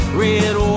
red